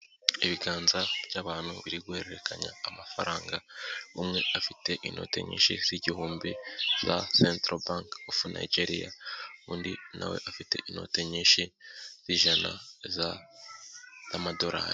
Ibiganza by'abantu biri guhererekanya amafaranga, umwe afite inoti nyinshi z'igihumbi za central bank of Nigeria undi nawe afite inoti nyinshi z'ijana za z'amadorari,